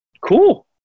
cool